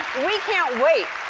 we can't wait.